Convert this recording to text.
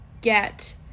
get